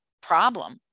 problem